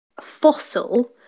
fossil